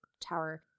tower